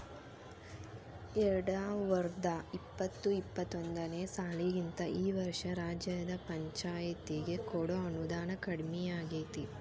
ಎರ್ಡ್ಸಾವರ್ದಾ ಇಪ್ಪತ್ತು ಇಪ್ಪತ್ತೊಂದನೇ ಸಾಲಿಗಿಂತಾ ಈ ವರ್ಷ ರಾಜ್ಯದ್ ಪಂಛಾಯ್ತಿಗೆ ಕೊಡೊ ಅನುದಾನಾ ಕಡ್ಮಿಯಾಗೆತಿ